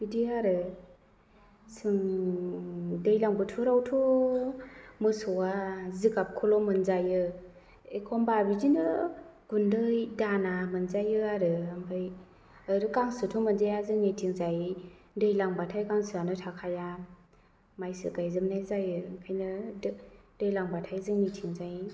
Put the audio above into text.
बिदि आरो जों दैज्लां बोथोरावथ' मोसौआ जिगाबखौल' मोनजायो एखमबा बिदिनो गुन्दै दाना मोनजायो आरो ओमफ्राय गांसोथ' मोनजाया जोंनि थिंजाय दैज्लांबाथाय गांसोआनो थाखाया मायसो गायजोबनाय जायो ओंखायनो दैज्लांबाथाय जोंनि थिंजाय